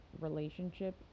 relationship